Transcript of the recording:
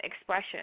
expression